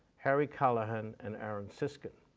harry callahan and aaron siskind.